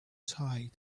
tide